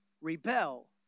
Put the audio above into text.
rebel